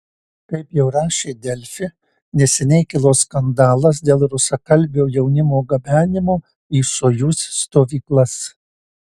kaip jau rašė delfi neseniai kilo skandalas dėl rusakalbio jaunimo gabenimo į sojuz stovyklas